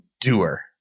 doer